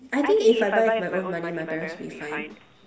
I think if I buy with my own money my parents will be fine